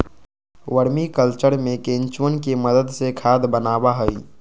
vermi culture में केंचुवन के मदद से खाद बनावा हई